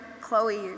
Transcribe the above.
Chloe